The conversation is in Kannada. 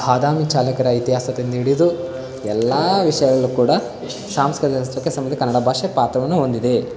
ಬಾದಾಮಿ ಚಾಲುಕ್ಯರ ಇತಿಹಾಸದಿಂದ ಹಿಡಿದು ಎಲ್ಲ ವಿಷಯಗಳಲ್ಲಿ ಕೂಡ ಸಾಂಸ್ಕೃತಿಕ ಅಸ್ತಿತ್ವಕ್ಕೆ ಸಂಬಂಧಿ ಕನ್ನಡ ಭಾಷೆ ಪಾತ್ರವನ್ನು ಹೊಂದಿದೆ